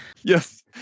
Yes